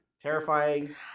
Terrifying